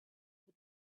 the